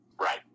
Right